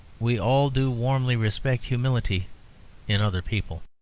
we all do warmly respect humility in other people.